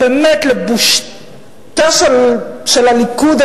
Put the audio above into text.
באמת לבושתו של הליכוד,